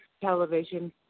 television